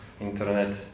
internet